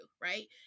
right